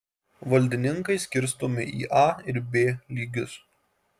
valdininkai skirstomi į a ir b lygius